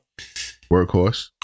Workhorse